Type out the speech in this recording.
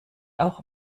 auch